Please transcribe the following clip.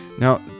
now